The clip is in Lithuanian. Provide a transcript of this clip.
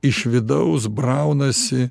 iš vidaus braunasi